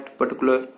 particular